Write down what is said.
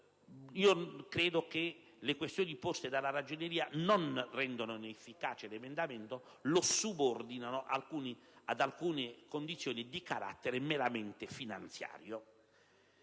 ritenuto che le questioni poste dalla Ragioneria non rendano inefficace l'emendamento, ma lo subordinino ad alcune condizioni di carattere meramente finanziario.